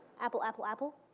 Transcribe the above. apple, apple, apple.